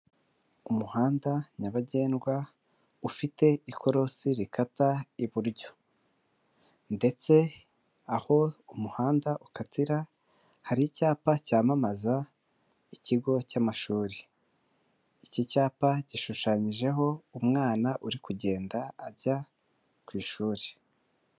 Umuhanda nyabagendwa ufite ikorosi rikata iburyo ndetse aho umuhanda ukatira hari icyapa cyamamaza ikigo cy'amashuri iki cyapa gishushanyijeho umwana uri kugenda ajya ku ishuri.